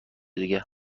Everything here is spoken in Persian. دیگه